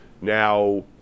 now